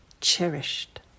cherished